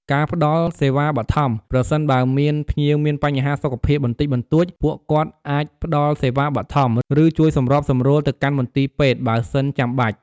ការត្រួតពិនិត្យភាពស្អាតនៃចំណីអាហារ ពុទ្ធបរិស័ទយកចិត្តទុកដាក់ខ្ពស់ចំពោះភាពស្អាត និងសុវត្ថិភាពនៃចំណីអាហារដែលបានរៀបចំជូនភ្ញៀវ។